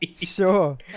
Sure